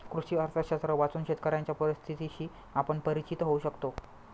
कृषी अर्थशास्त्र वाचून शेतकऱ्यांच्या परिस्थितीशी आपण परिचित होऊ शकतो